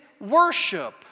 worship